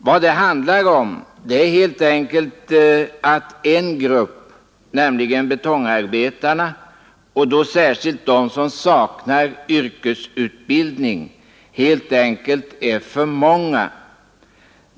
Vad det handlar om är helt enkelt att en grupp, nämligen betongarbetarna och då särskilt de som saknar yrkesutbildning, är för många.